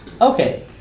Okay